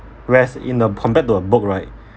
whereas in a compared to a book right